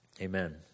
Amen